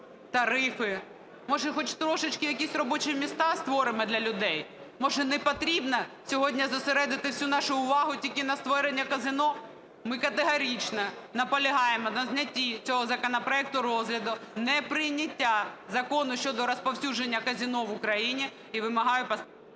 тарифи? Може хоч трошечки якісь робочі місця створимо для людей? Може не потрібно сьогодні зосередити всю нашу увагу тільки на створенні казино? Ми категорично наполягаємо на знятті цього законопроекту з розгляду, неприйняття закону щодо розповсюдження казино в Україні. І вимагаю…